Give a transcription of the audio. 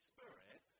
Spirit